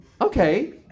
Okay